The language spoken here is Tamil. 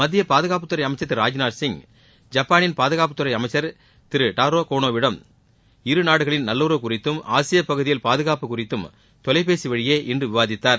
மத்திய பாதுகாப்புத்துறை அமைச்சர் திரு ராஜ்நாத்சிங் ஜப்பானின் பாதுகாப்புத்துறை அமைச்சர் டாரோ கோனோவிடம் இருநாடுகளின் நல்லுறவு குறித்தும் ஆசிய பகுதியில் பாதுகாப்பு குறித்தும் தொலைபேசி வழியே இன்று விவாதித்தார்